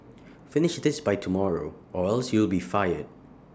finish this by tomorrow or else you'll be fired